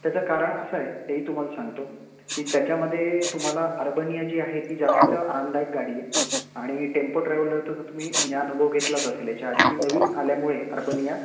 त्याचं कारण असं आहे तेही तुम्हाला सांगतो की त्याच्यामध्ये तुम्हाला अर्बनिया जी आहे ती जास्त आरामदायक गाडी आहे आणि टेम्पो ट्रॅव्हलर तर तुम्ही म्हणजे अनुभव घेतलाच असेल याच्या आधी ही नवीन आल्यामुळे अर्बनिया